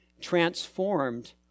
transformed